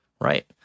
right